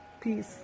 Peace